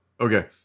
Okay